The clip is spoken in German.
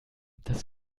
das